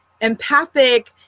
empathic